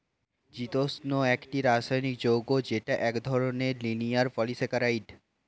চিতোষণ একটি রাসায়নিক যৌগ যেটা এক ধরনের লিনিয়ার পলিসাকারীদ